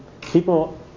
people